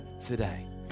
today